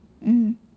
mm